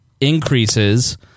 increases